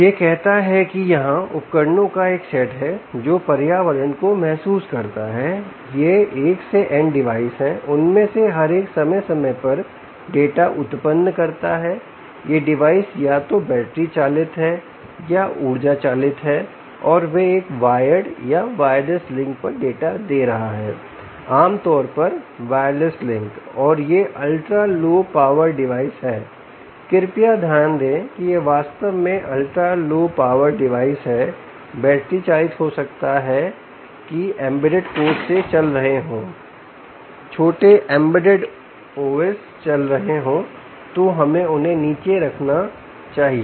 यह कहता है कि यहाँ उपकरणों का एक सेट है जो पर्यावरण को महसूस करता हैं ये 1 से n डिवाइस हैं उनमें से हर एक समय समय पर डाटा उत्पन्न करता है ये डिवाइस या तो बैटरी चालित हैं या ऊर्जा चालित और वे एक वायर्ड या वायरलेस लिंक पर डाटा दे रहे हैं आम तौर पर वायरलेस लिंक और ये अल्ट्रा लो पावर डिवाइस हैं कृपया ध्यान दें कि ये वास्तव में अल्ट्रा लो पावर डिवाइस हैं बैटरी चालित हो सकता है कि एम्बेडेड कोड चल रहे हो छोटे एम्बेडेड OS चल रहे हो तो हमें उन्हें नीचे रखना चाहिए